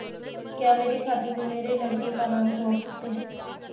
क्या मेरे खाते में मेरे लड़के का नाम जोड़ सकते हैं?